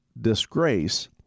disgrace